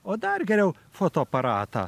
o dar geriau fotoaparatą